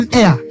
air